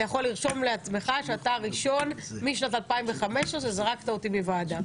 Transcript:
אתה יכול לרשום לעצמך שאתה הראשון משנת 2015 שזרק אותי מוועדה.